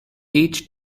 each